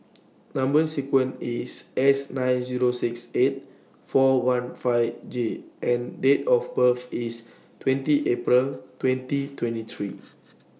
Number sequence IS S nine Zero six eight four one five J and Date of birth IS twenty April twenty twenty three